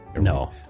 no